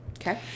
Okay